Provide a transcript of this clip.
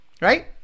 right